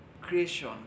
creation